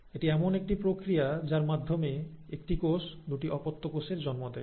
এটি এমন একটি প্রক্রিয়া যার মাধ্যমে একটি কোষ দুটি অপত্য কোষের জন্ম দেয়